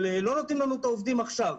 אבל לא נותנים לנו את העובדים עכשיו.